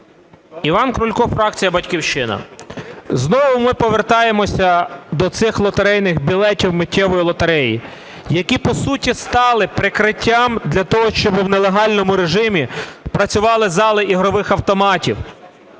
Іван Крулько, фракція "Батьківщина". Знову ми повертаємося до цих лотерейних білетів миттєвої лотереї, які по суті стали прикриттям для того, щоб у нелегальному режимі працювали зали ігрових автоматів,